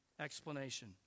explanation